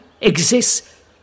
exists